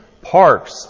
Parks